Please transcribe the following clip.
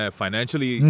financially